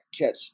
catch